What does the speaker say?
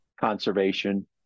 conservation